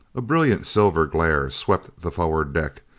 a brilliant silver glare swept the forward deck,